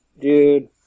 dude